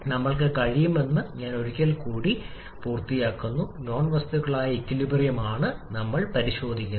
നമ്മൾക്ക് കഴിയുമെന്ന് ഒരിക്കൽ അറിഞ്ഞാൽ അനുബന്ധ പരിഷ്ക്കരിച്ച ചക്രം ശരിയായി വരയ്ക്കുക